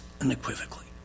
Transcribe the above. unequivocally